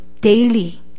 daily